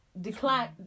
Decline